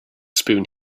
spoon